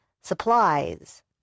supplies